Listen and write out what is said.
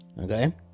okay